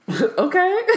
Okay